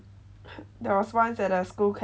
there was once at a school camp